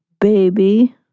Baby